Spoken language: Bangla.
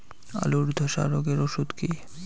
আলুর ধসা রোগের ওষুধ কি?